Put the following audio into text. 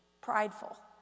prideful